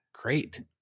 great